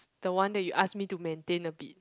the one that you ask me to maintain a bit